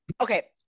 Okay